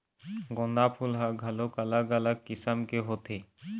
गोंदा फूल ह घलोक अलग अलग किसम के होथे